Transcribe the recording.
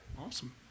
Awesome